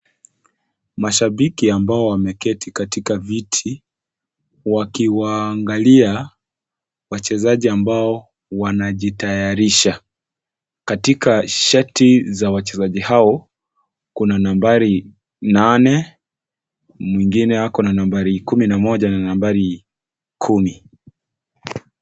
Mashabiki ambao wameketi katika viti wakiwaangalia wachezaji ambao wanajitayarisha, katika shati za wachezaji hao, kuna nambari nane, mwingine akona nambari kumi na moja na nambari kumi.